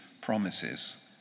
promises